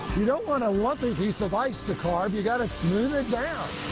you don't want to lump a piece of ice to carve. you've got to smooth it down.